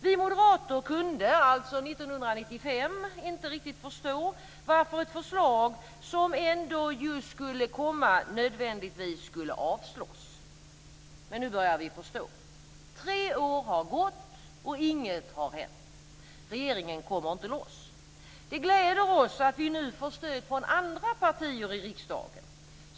Vi moderater kunde 1995 inte riktigt förstå varför ett förslag som ändå skulle komma nödvändigtvis skulle avslås. Men nu börjar vi förstå. Tre år har gått, och inget har hänt. Regeringen kommer inte loss. Det gläder oss att vi nu får stöd från andra partier i riksdagen.